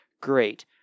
Great